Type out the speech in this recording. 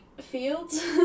fields